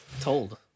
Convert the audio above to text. told